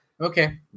Okay